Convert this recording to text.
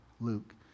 Luke